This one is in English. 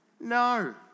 No